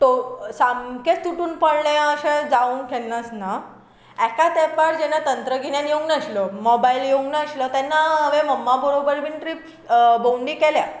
तो सामकें तुटून पळ्ळें अशें जावंक केन्नाच ना एका तेंपार जेन्ना तंत्रगिन्यान येवंक नाशलो मॉबायल येवंक नाशलो तेन्ना हांवें मम्मा बरोबर बीन ट्रीप भोवंडी केल्या